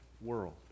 world